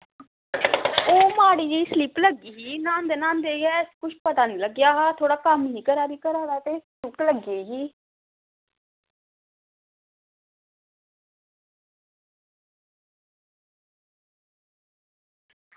ओह् माड़ी जेही स्लिप लग्गी दी ही न्हांदे न्हांदे गै कुछ पता निं लग्गेआ हा ते थोह्ड़ा कम्म ही करा दी घरा दा ते स्लिप लग्गी ही